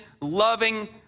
loving